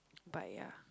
but ya